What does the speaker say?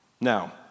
Now